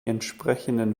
entsprechenden